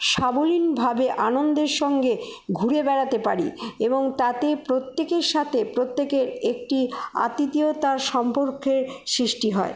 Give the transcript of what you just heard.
সাবলীলভাবে আনন্দের সঙ্গে ঘুরে বেড়াতে পারি এবং তাতে প্রত্যেকের সাথে প্রত্যেকের একটি আতিথেয়তার সম্পর্কের সৃষ্টি হয়